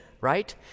right